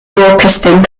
broadcasting